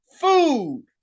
food